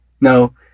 No